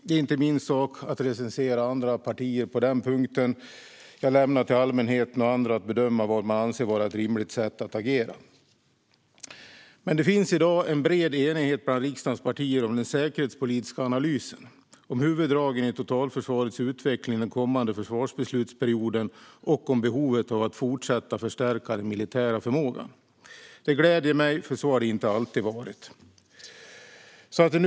Det är inte min sak att recensera andra partier på den punkten, utan jag lämnar till allmänheten och andra att bedöma vad man anser vara ett rimligt sätt att agera. Men det finns i dag en bred enighet bland riksdagens partier om den säkerhetspolitiska analysen, om huvuddragen i totalförsvarets utveckling den kommande försvarsbeslutsperioden och om behovet av att fortsätta att förstärka den militära förmågan. Det gläder mig eftersom det inte alltid har varit så.